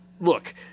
look